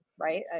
right